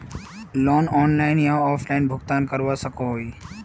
Loan online या offline भुगतान करवा सकोहो ही?